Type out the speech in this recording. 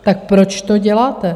Tak proč to děláte?